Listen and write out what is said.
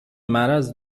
مرض